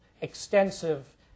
extensive